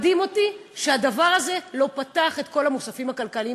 מדהים אותי שהדבר הזה לא פתח את כל המוספים הכלכליים,